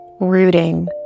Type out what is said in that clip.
rooting